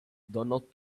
donald